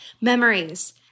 memories